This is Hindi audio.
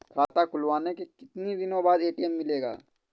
खाता खुलवाने के कितनी दिनो बाद ए.टी.एम मिलेगा?